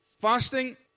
Fasting